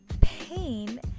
pain